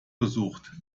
besucht